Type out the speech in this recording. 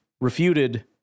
refuted